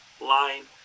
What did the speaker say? line